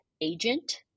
agent